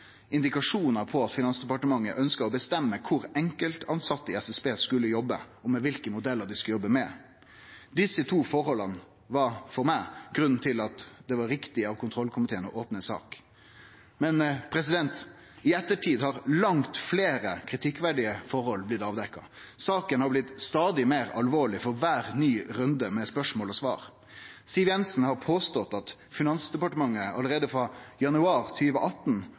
indikasjonar på at Finansdepartementet ønskte å bestemme kor enkelttilsette i SSB skulle jobbe, og kva for modellar dei skulle jobbe med. Desse to forholda var for meg grunnen til at det var riktig av kontrollkomiteen å opne sak. Men i ettertid har langt fleire kritikkverdige forhold blitt avdekte. Saka har blitt stadig meir alvorleg for kvar ny runde med spørsmål og svar. Siv Jensen har påstått at Finansdepartementet allereie frå januar